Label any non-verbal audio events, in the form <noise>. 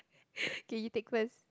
<breath> okay you take first